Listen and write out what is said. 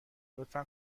لطفا